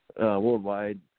Worldwide